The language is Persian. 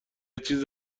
چیز